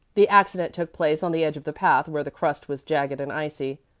the accident took place on the edge of the path where the crust was jagged and icy.